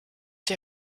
die